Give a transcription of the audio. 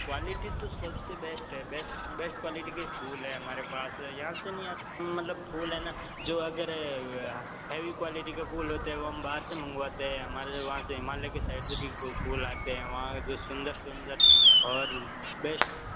quality तो सब से बेश्ट है बेस्ट बेस्ट क्वालिटी के फूल हैं हमारे पास यहाँ से नहीं मतलब फूल हैं ना जो अगर हैवी क्वालिटी के फूल होते हैं वो हम बाहर से मंगवाते हैं हमारे जो वहाँ से हिमालय के साइड से भी फूल आते हैं वहाँ जो सुंदर सुंदर और बेश्ट